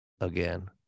again